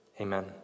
amen